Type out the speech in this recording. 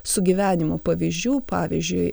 sugyvenimo pavyzdžių pavyzdžiui